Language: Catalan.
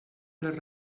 les